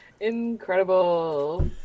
Incredible